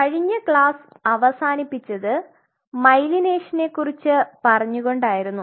കഴിഞ്ഞ ക്ലാസ് അവസാനിപ്പിച്ചത് മൈലൈനേഷനെ കുറിച് പറഞ്ഞുകൊണ്ടാരുന്നു